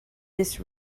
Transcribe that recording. this